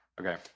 Okay